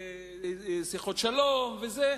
שיחות שלום וכל זה.